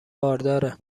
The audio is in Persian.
بارداره